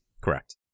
Correct